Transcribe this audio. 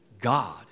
God